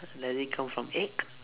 does it come from egg